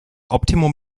optimum